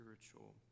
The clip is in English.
spiritual